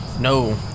no